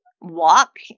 walk